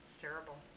terrible